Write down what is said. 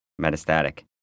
Metastatic